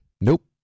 Nope